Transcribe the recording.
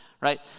right